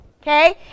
Okay